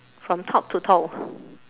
from top to toe